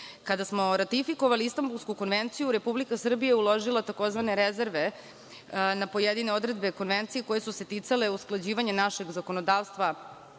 smo ratifikovali Istanbulsku konvenciju Republika Srbija je uložila tzv. rezerve na pojedine odredbe Konvencije koje su se ticale usklađivanja našeg zakonodavstva